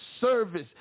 Service